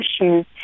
issues